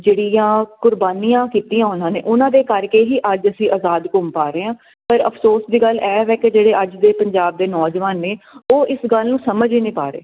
ਜਿਹੜੀਆਂ ਕੁਰਬਾਨੀਆਂ ਕੀਤੀਆਂ ਉਹਨਾਂ ਨੇ ਉਹਨਾਂ ਦੇ ਕਰਕੇ ਹੀ ਅੱਜ ਅਸੀਂ ਆਜ਼ਾਦ ਘੁਮ ਪਾ ਰਹੇ ਆਂ ਪਰ ਅਫਸੋਸ ਦੀ ਗੱਲ ਇਹ ਹੈ ਕਿ ਜਿਹੜੇ ਅੱਜ ਦੇ ਪੰਜਾਬ ਦੇ ਨੌਜਵਾਨ ਨੇ ਉਹ ਇਸ ਗੱਲ ਨੂੰ ਸਮਝ ਨੀ ਪਾ ਰਹੇ